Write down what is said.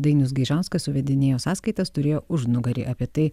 dainius gaižauskas suvedinėjo sąskaitas turėjo užnugarį apie tai